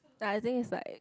I think it's like